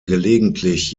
gelegentlich